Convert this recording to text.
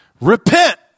repent